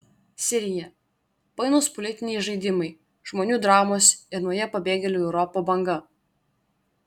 sirija painūs politiniai žaidimai žmonių dramos ir nauja pabėgėlių į europą banga